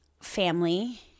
family